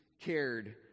cared